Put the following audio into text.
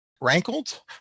rankled